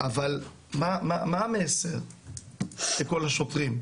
אבל מה, מה המסר לכל השוטרים?